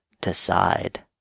decide